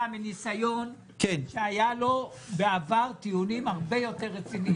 מניסיון שהיו לו בעבר טיעונים הרבה יותר רציניים מאשר היום.